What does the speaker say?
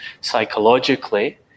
psychologically